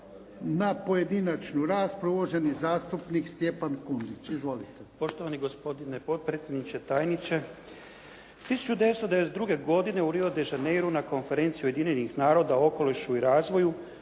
na pojedinačnu raspravu uvaženi zastupnik Stjepan Kundić. Izvolite. **Kundić, Stjepan (HDZ)** Poštovani gospodine potpredsjedniče, tajniče. 1992. godine u Rio de Janeiru na Konferenciji Ujedinjenih naroda o okolišu i razvoju